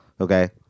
okay